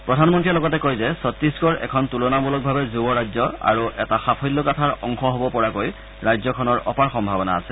প্ৰধানমন্ত্ৰীয়ে লগতে কয় যে ছত্তিশগড় এখন তুলনামূলকভাৱে যুৱ ৰাজ্য আৰু এটা সাফল্যগাঁথাৰ অংশ হব পৰাকৈ ৰাজ্যখনৰ অপাৰ সম্ভাৱনা আছে